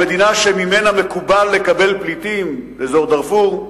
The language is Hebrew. המדינה שממנה מקובל לקבל פליטים, אזור דארפור,